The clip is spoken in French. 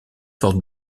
fortes